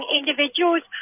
individuals